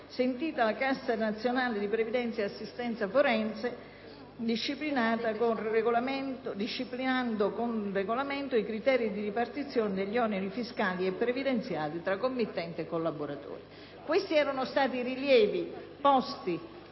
sentita la Cassa nazionale di previdenza e assistenza forense, dei criteri di ripartizione degli oneri fiscali e previdenziali tra committente e collaboratore. Questi erano stati i rilievi